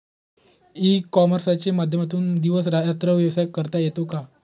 E कॉमर्सच्या माध्यमातून दिवस रात्र व्यवसाय करता येतो का?